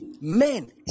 men